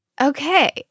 Okay